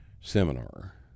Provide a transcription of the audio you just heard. Seminar